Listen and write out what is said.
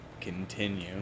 continue